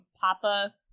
Papa